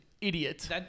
idiot